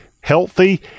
healthy